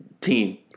team